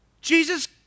Jesus